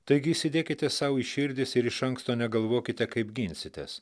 taigi įsidėkite sau į širdis ir iš anksto negalvokite kaip ginsitės